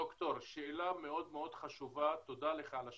ד"ר, שאלה מאוד מאוד חשובה, תודה לך על השאלה.